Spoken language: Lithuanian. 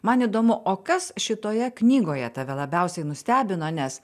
man įdomu o kas šitoje knygoje tave labiausiai nustebino nes